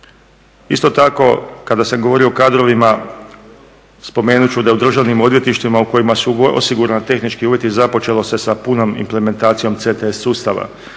Isto tako kada sam govorio o kadrovima spomenut ću da je u državnim odvjetništvima u kojima su osigurani tehnički uvjeti započelo se sa punom implementacijom CTS sustava.